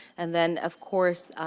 and then, of course,